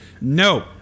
No